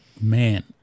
Man